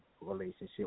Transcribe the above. relationship